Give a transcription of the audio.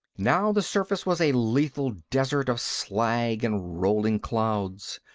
now the surface was a lethal desert of slag and rolling clouds.